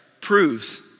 proves